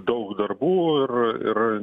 daug darbų ir ir